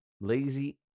lazy